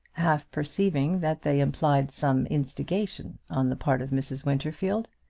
half perceiving that they implied some instigation on the part of mrs. winterfield.